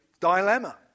dilemma